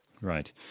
Right